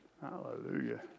Hallelujah